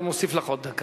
אני מוסיף לך עוד דקה.